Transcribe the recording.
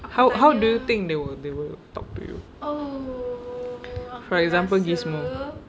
how how do think they will they will talk to you for example gizmo